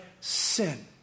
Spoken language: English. sin